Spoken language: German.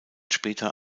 später